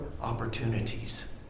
opportunities